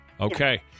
Okay